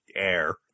air